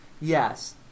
Yes